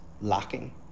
lacking